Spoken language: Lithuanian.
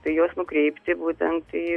tai juos nukreipti būtent į